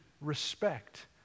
respect